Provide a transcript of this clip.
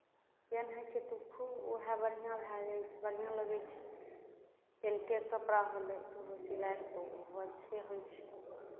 पेन्है छै तऽ ओ खूब उएह बढ़िआँ भए जाइ छै बढ़िआँ लगै छै पेंटेके कपड़ा भेलै तऽ ओहो सिलाइ तऽ ओहो अच्छे होइ छै